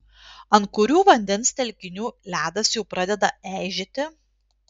ant kurių vandens telkinių ledas jau pradeda eižėti